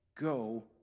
go